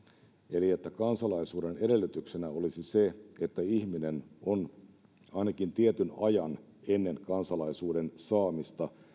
eli että kansalaisuuden edellytyksenä olisi se että ihminen on ainakin tietyn ajan ennen kansalaisuuden saamista